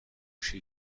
chez